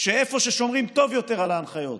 שאיפה ששומרים טוב יותר על ההנחיות,